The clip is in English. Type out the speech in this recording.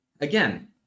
again